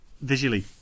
visually